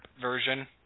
version